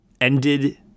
ended